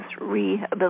rehabilitation